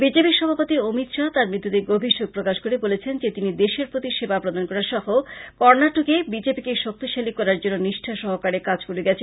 বিজেপির সভাপতি অমিত শাহ তার মৃত্যুতে গভীর শোক প্রকাশ করে বলেছেন যে তিনি দেশের প্রতি সেবা প্রদান করা সহ কর্নাটকে বিজেপিকে শক্তিশালী করার জন্য নিষ্ঠা সহকারে কাজ করে গেছেন